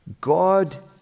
God